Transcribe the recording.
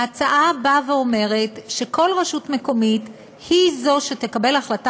ההצעה באה ואומרת שכל רשות מקומית היא זו שתקבל החלטה